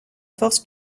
force